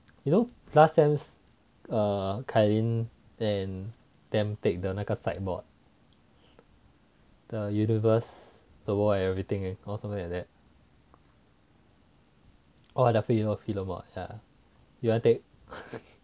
you know last sem kylene and tam take 的那个 side mod the universe the world and everything or something like that eh or I definitely love philo mod you will take